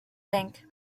bank